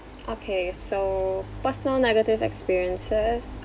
okay so personal negative experiences